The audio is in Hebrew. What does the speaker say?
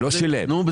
לזה